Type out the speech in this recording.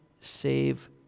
save